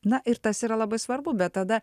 na ir tas yra labai svarbu bet tada